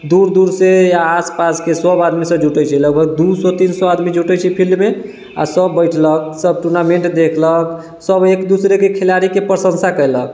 दूर दूरसँ या आसपासके सब आदमीसब जुटै छै लगभग दू सओ तीन सओ आदमी जुटै छै फील्डमे आओर सब बैठलक सब टूर्नामेन्ट देखलक सब एक दूसरेके खिलाड़ीके प्रशंसा केलक